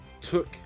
took